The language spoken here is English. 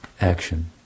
action